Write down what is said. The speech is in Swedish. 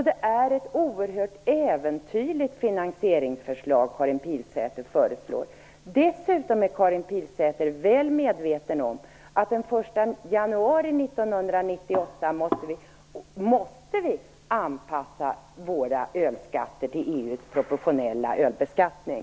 Det är ett oerhört äventyrligt finansieringsförslag som Karin Pilsäter har. Dessutom är Karin Pilsäter väl medveten om att den 1 januari 1998 måste vi anpassa våra ölskatter till EU:s proportionella ölbeskattning.